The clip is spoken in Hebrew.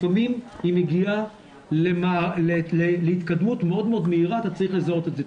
לפעמים היא מגיעה להתקדמות מאוד מהירה ואתה צריך לזהות את זה.